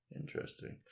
Interesting